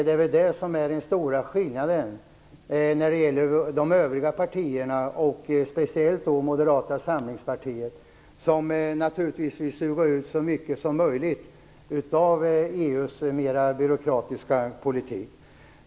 Det är väl det som är den stora skillnaden mellan oss och de övriga partierna och speciellt Moderata samlingspartiet. De vill naturligtvis suga ut så mycket som möjligt av EU:s mera byråkratiska politik.